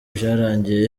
byarangiye